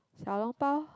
小笼包:Xiao Long Bao